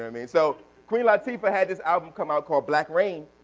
i mean? so queen latifah had this album come out called black rain,